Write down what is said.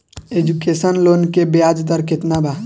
Education loan के ब्याज दर केतना बा?